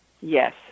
Yes